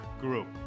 group